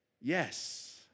Yes